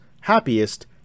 happiest